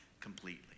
completely